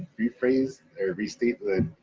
rephrase or restate the,